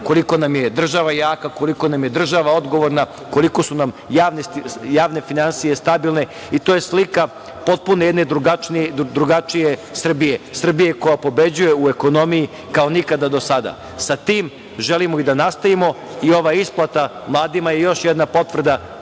koliko nam je država jaka, koliko nam je država odgovorna, koliko su nam javne finansije stabilne i to je slika potpuno jedne drugačije Srbije, Srbija koja pobeđuje u ekonomiji kao nikada do sada. Sa tim želimo i da nastavimo i ova isplata mladima je još jedna potvrda